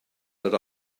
that